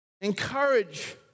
Encourage